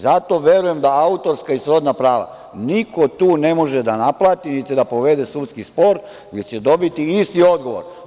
Zato verujem da autorska i srodna prava niko tu ne može da naplati niti da povede sudski spor, jer će dobiti isti odgovor.